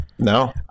No